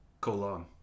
colon